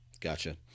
Gotcha